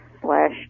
slash